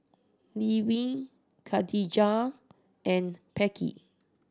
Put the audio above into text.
Levin Khadijah and Becky